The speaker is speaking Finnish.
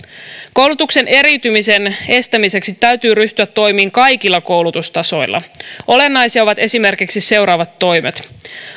koulutuksen eriytymisen estämiseksi täytyy ryhtyä toimiin kaikilla koulutustasoilla olennaisia ovat esimerkiksi seuraavat toimet